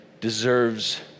deserves